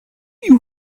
you